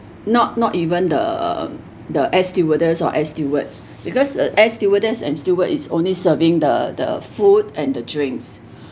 not not even the the air stewardess or air steward because uh air stewardess and steward is only serving the the food and the drinks